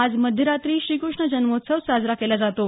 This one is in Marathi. आज मध्यरात्री श्रीकृष्ण जन्मोत्सव साजरा केला जातो